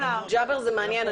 זה מעניין.